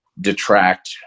detract